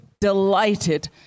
delighted